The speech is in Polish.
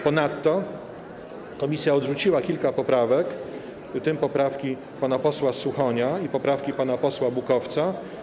Ponadto komisja odrzuciła kilka poprawek, w tym poprawki pana posła Suchonia i pana posła Bukowca.